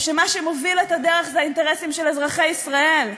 או שמה שמוביל את הדרך זה האינטרסים של אזרחי ישראל,